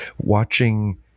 watching